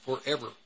forever